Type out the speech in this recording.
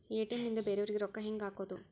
ATM ನಿಂದ ಬೇರೆಯವರಿಗೆ ರೊಕ್ಕ ಹೆಂಗ್ ಹಾಕೋದು?